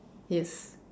yes